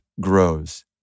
grows